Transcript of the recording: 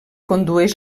condueix